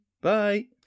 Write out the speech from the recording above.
Bye